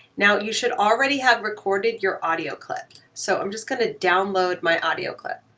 now, you should already have recorded your audio clip. so, i'm just going to download my audio clip.